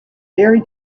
very